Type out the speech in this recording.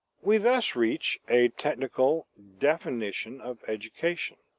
we thus reach a technical definition of education